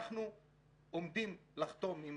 אנחנו עומדים לחתום עם